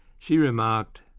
she remarked,